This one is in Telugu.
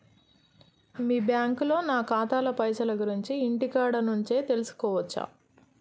మీ బ్యాంకులో నా ఖాతాల పైసల గురించి ఇంటికాడ నుంచే తెలుసుకోవచ్చా?